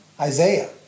Isaiah